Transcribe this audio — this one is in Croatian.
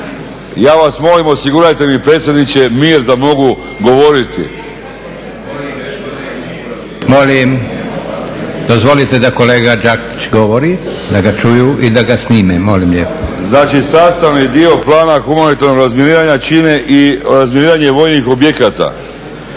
Ja vas molim, osigurajte mi predsjedniče mir da mogu govoriti. **Leko, Josip (SDP)** Molim, dozvolite da kolega Đakić govori, da ga čuju i da ga snime. Molim lijepo. **Đakić, Josip (HDZ)** Znači, sastavni dio plana humanitarnog razminiranja čine i razminiranje vojnih objekata.